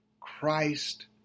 Christ